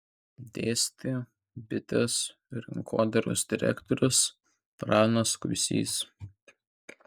dėstė bitės rinkodaros direktorius pranas kuisys